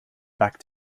back